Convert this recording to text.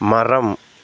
மரம்